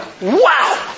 wow